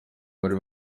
bari